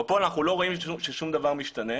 בפועל אנחנו לא רואים ששום דבר משתנה.